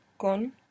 con